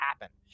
happen